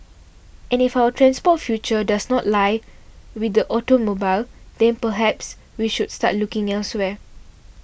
and if our transport future does not lie with the automobile then perhaps we should start looking elsewhere